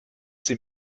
sie